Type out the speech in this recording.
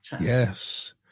Yes